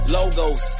Logos